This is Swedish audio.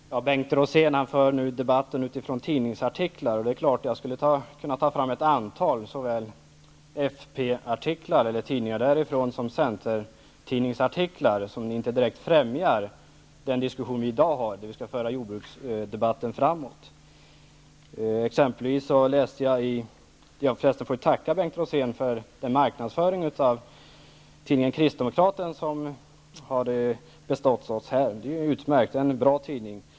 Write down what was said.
Herr talman! Bengt Rosén för nu debatten utifrån tidningsartiklar. Jag skulle naturligtvis kunna ta fram ett antal artiklar från Folkparti och Centerparti-tidningar som inte direkt främjar den diskussion vi har i dag vi skall föra jordbruksdebatten framåt. Jag får tacka Bengt Kristdemokraten som har beståtts oss här. Det är utmärkt. Det är en bra tidning.